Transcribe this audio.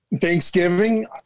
Thanksgiving